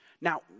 Now